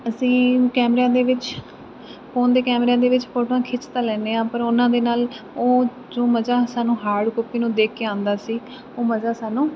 ਅਸੀਂ ਕੈਮਰਿਆਂ ਦੇ ਵਿੱਚ ਫੋਨ ਦੇ ਕੈਮਰਿਆਂ ਦੇ ਵਿੱਚ ਫੋਟੋਆਂ ਖਿੱਚ ਤਾਂ ਲੈਂਦੇ ਹਾਂ ਪਰ ਉਹਨਾਂ ਦੇ ਨਾਲ ਉਹ ਜੋ ਮਜ਼ਾ ਸਾਨੂੰ ਹਾਰਡ ਕਾਪੀ ਨੂੰ ਦੇਖ ਕੇ ਆਉਂਦਾ ਸੀ ਉਹ ਮਜ਼ਾ ਸਾਨੂੰ